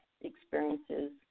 experiences